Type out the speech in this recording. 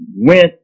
went